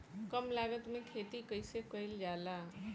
कम लागत में खेती कइसे कइल जाला?